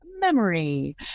memory